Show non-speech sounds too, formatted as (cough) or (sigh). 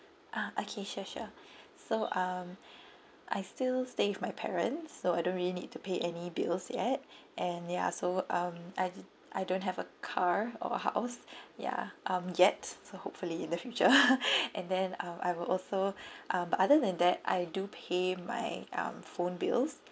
ah okay sure sure so um I still stay with my parents so I don't really need to pay any bills yet (breath) and ya so um I did I don't have a car or house (breath) ya um yet so hopefully in the future (laughs) and then um I will also (breath) um but other than that I do pay my um phone bills